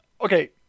Okay